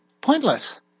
pointless